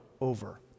over